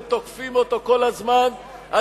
עם השותפים האמיתיים שלכם,